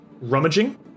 rummaging